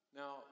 now